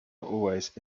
always